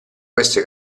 queste